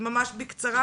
ממש בקצרה